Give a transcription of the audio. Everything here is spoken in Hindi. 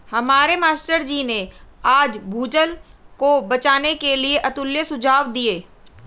हमारे मास्टर जी ने आज भूजल को बचाने के लिए अतुल्य सुझाव दिए